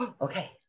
Okay